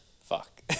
fuck